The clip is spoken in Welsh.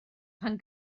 pan